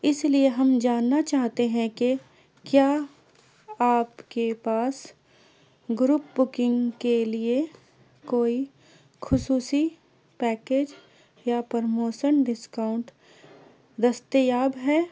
اس لیے ہم جاننا چاہتے ہیں کہ کیا آپ کے پاس گروپ بکنگ کے لیے کوئی خصوصی پیکیج یا پرموشن ڈسکاؤنٹ دستیاب ہے